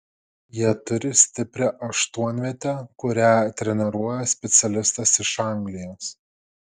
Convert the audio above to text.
jie turi stiprią aštuonvietę kurią treniruoja specialistas iš anglijos